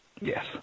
Yes